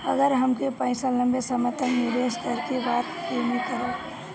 अगर हमके पईसा लंबे समय तक निवेश करेके बा त केमें करों?